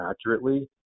accurately